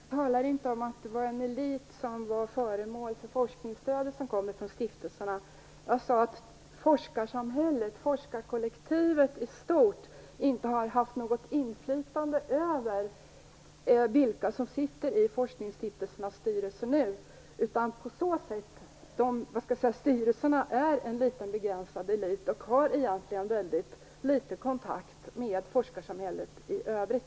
Fru talman! Jag talade inte om att någon elit var föremål för stiftelsernas forskningsstöd. Jag sade att forskarsamhället, forskarkollektivet i stort, inte har haft något inflytande över vilka som sitter i forskningsstiftelsernas styrelser nu. Styrelserna är så att säga en liten begränsad elit och har egentligen en väldigt liten kontakt med forskarsamhället i övrigt.